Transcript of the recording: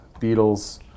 Beatles